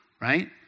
Right